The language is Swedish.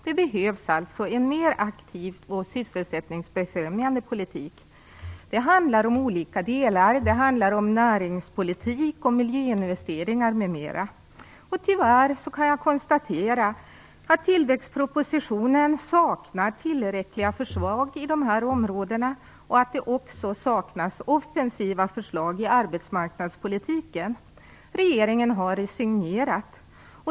Det behövs alltså en mera aktiv och sysselsättningsbefrämjande politik. Det handlar om olika delar. Det handlar om näringspolitik och miljöinvesteringar m.m. Tyvärr kan jag konstatera att tillväxtpropositionen saknar tillräckliga förslag på de här områdena och att det också saknas offensiva förslag i arbetsmarknadspolitiken. Regeringen har resignerat.